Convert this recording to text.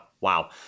Wow